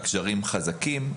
הקשרים חזקים,